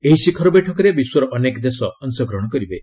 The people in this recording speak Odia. ଏହି ଶିଖର ବୈଠକରେ ବିଶ୍ୱର ଅନେକ ଦେଶ ଅଂଶ ଗ୍ରହଣ କରିବେ